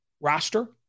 roster